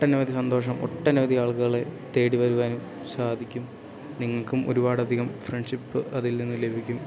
ഒട്ടനവധി സന്തോഷം ഒട്ടനവധി ആളുകളെ തേടി വരുവാനും സാധിക്കും നിങ്ങൾക്കും ഒരുപാടധികം ഫ്രണ്ട്ഷിപ്പ് അതിൽ നിന്ന് ലഭിക്കും